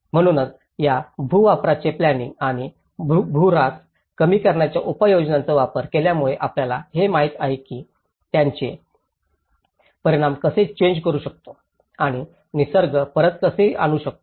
म्हणूनच या भू वापराचे प्लांनिंग आणि भू र्हास कमी करण्याच्या उपाययोजनांचा वापर केल्यामुळे आपल्याला हे माहित आहे की आम्ही त्याचे परिणाम कसे चेंजू शकतो आणि निसर्ग परत कसे आणू शकतो